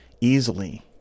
easily